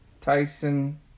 Tyson